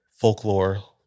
folklore